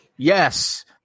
Yes